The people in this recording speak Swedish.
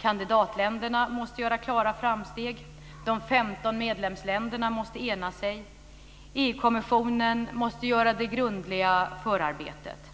Kandidatländerna måste göra klara framsteg, de 15 medlemsländerna måste ena sig och EG-kommissionen måste göra det grundliga förarbetet.